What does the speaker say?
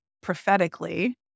prophetically